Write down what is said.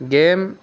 game